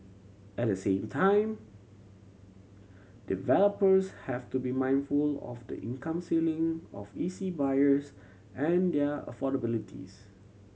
at the same time developers have to be mindful of the income ceiling of E C buyers and their affordabilities